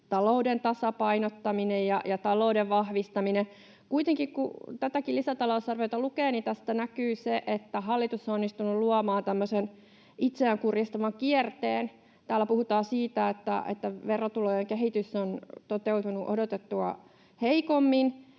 talouden tasapainottaminen ja talouden vahvistaminen. Kuitenkin, kun tätäkin lisätalousarvioita lukee, tästä näkyy se, että hallitus on onnistunut luomaan tämmöisen itseään kurjistavan kierteen. Täällä puhutaan siitä, että verotulojen kehitys on toteutunut odotettua heikommin,